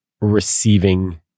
receiving